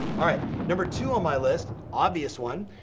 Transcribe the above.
alright, number two on my list, obvious one,